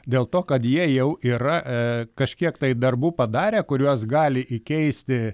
dėl to kad jie jau yra kažkiek tai darbų padarę kuriuos gali įkeisti